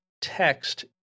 text